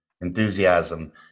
enthusiasm